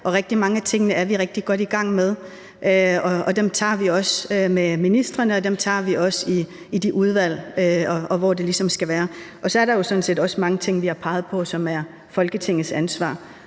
Og rigtig mange af tingene er vi rigtig godt i gang med, og dem tager vi også med ministrene, og dem tager vi også i udvalgene, og hvor det ligesom skal være. Så er der jo sådan set også mange ting, som vi har peget på, som er Folketingets ansvar;